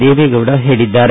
ದೇವೆಗೌಡ ಹೇಳಿದ್ದಾರೆ